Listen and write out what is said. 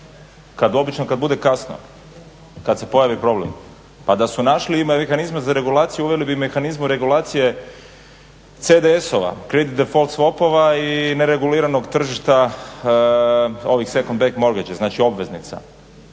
Obično kada bude kasno, kada se pojavi problem. pa da su našli i mehanizme za regulaciju uveli bi mehanizme regulacije CDS-ova Credit default swopova i nereguliranog tržišta ovih second … /Govornik govori engleski./ … znači obveznica.